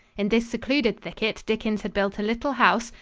in this secluded thicket, dickens had built a little house,